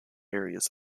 areas